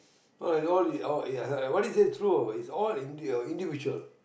no it's all this what is that true is all ind~ individual